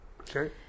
Okay